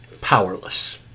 powerless